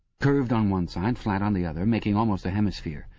curved on one side, flat on the other, making almost a hemisphere.